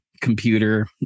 computer